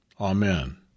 Amen